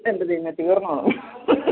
എൻ്റെ ദൈവമേ തീർന്നോ